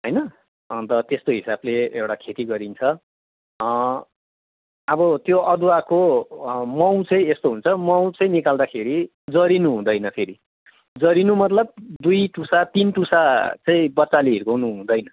होइन अन्त त्यस्तो हिसाबले एउटा खेती गरिन्छ अब त्यो अदुवाको माउ चाहिँ यस्तो हुन्छ माउ चाहिँ निकाल्दाखेरि जरिनु हुँदैन फेरि जरिनु मतलब दुई टुसा तिन टुसा चाहिँ बच्चाले हिर्काउनु हुँदैन